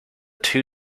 two